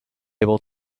able